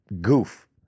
goof